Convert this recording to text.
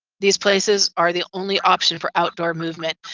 these places are the only option for outdoor movement.